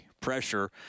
pressure